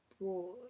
broad